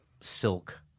silk